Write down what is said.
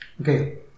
Okay